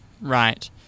Right